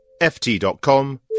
ft.com